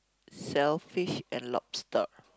shellfish and lobster